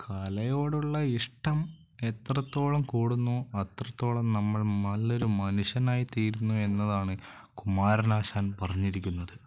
കലയോടുള്ള ഇഷ്ടം എത്രത്തോളം കൂടുന്നുവോ അത്രത്തോളം നമ്മൾ നല്ലൊരു മനുഷ്യനായി തീരുന്നു എന്നതാണ് കുമാരനാശാൻ പറഞ്ഞിരിക്കുന്നത്